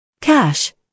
Cash